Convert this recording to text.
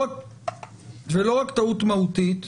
ולא רק טעות מהותית,